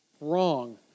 Wrong